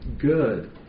good